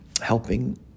helping